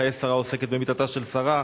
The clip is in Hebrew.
חיי שרה עוסקת במיתתה של שרה.